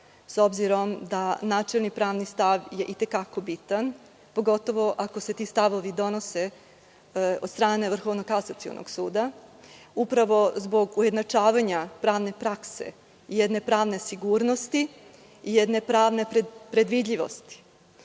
s obzirom da načelni pravni stav je i te kako bitan, pogotovo ako se ti stavovi donose od strane Vrhovnog kasacionog suda zbog ujednačavanja pravne prakse i pravne sigurnosti i jedne pravne predvidljivosti. Na